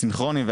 סינכרוניים,